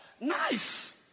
nice